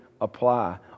apply